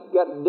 got